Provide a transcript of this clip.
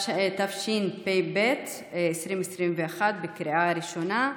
התשפ"ב 2021. קריאה ראשונה.